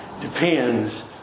depends